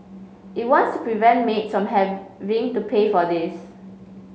it wants to prevent maids having to pay for a this